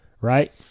right